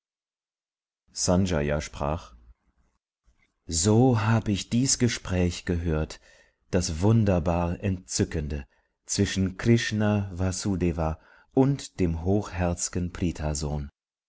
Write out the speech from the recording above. sanjaya sprach so hab ich dies gespräch gehört das wunderbar entzückende zwischen krishna vsudeva und dem